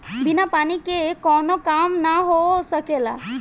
बिना पानी के कावनो काम ना हो सकेला